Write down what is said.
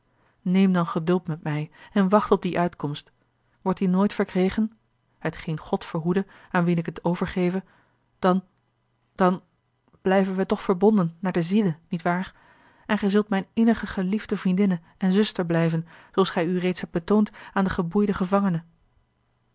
neem dan geduld met mij en wacht op die uitkomst wordt die nooit verkregen hetgeen god verhoede aan wien ik het overgeve dan dan blijven wij toch verbonden naar de ziele niet waar en gij zult mijne innige geliefde vriendinne en zuster blijven zooals gij u reeds hebt betoond aan den geboeiden gevangene